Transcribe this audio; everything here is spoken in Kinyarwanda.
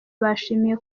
bashimiye